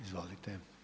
Izvolite.